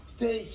Stay